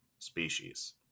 Species